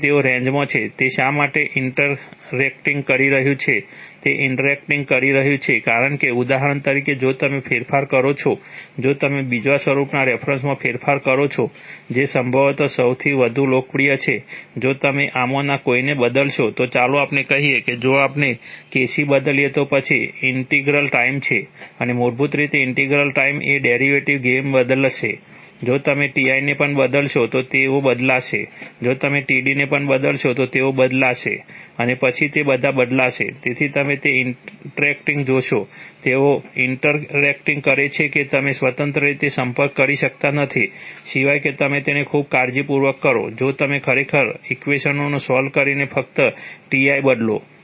તેથી તેઓ રેન્જમાં છે તે શા માટે ઇન્ટરેક્ટિંગ કરી રહ્યું છે તે ઇન્ટરેક્ટિંગ કરી રહ્યું છે કારણ કે ઉદાહરણ તરીકે જો તમે ફેરફાર કરો છો જો તમે બીજા સ્વરૂપના રેફરન્સમાં ફેરફાર કરો છો જે સંભવત સૌથી વધુ લોકપ્રિય છે જો તમે આમાંના કોઈપણને બદલશો તો ચાલો આપણે કહીએ કે જો આપણે KC બદલીએ તો પછી ઈન્ટિગ્રલ ટાઈમ છે અને મૂળભૂત રીતે ઈન્ટિગ્રલ ટાઈમ અને ડેરિવેટિવ ગેઇન બદલાશે જો તમે Ti ને પણ બદલશો તો તેઓ બદલાશે જો તમે Td ને પણ બદલશો તો તેઓ બદલાશે અને પછી તે બધા બદલાશે તેથી તમે તે ઇન્ટરેક્ટિંગ જોશો તેઓ ઇન્ટરેક્ટિંગ કરે છે કે તમે સ્વતંત્ર રીતે સંપર્ક કરી શકતા નથી સિવાય કે તમે તેને ખૂબ કાળજીપૂર્વક કરો જો તમે ખરેખર ઇક્વેશનોને સોલ્વ કરીને ફક્ત Ti બદલો